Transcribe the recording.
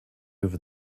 over